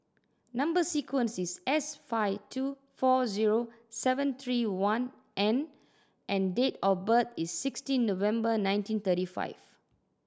number sequence is S five two four zero seven three one N and date of birth is sixteen November nineteen thirty five